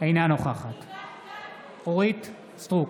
מלכה סטרוק,